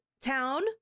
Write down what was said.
town